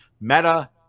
Meta